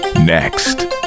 Next